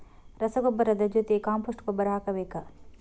ರಸಗೊಬ್ಬರದ ಜೊತೆ ಕಾಂಪೋಸ್ಟ್ ಗೊಬ್ಬರ ಹಾಕಬೇಕಾ?